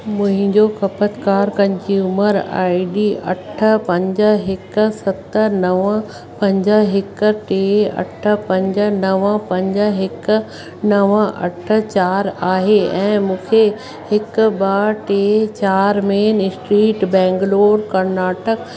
मुंहिंजो खपतकार consumer ID अठ पंज हिकु सत नव पंज हिक टे अठ पंज नव पंज हिक नव अठ चारि आहे ऐं मूंखे हिक ॿ टे चारि मेन स्ट्रीट बैंगलोर कर्नाटक